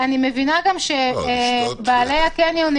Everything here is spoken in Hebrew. אני מבינה שבעלי הקניונים